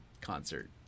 concert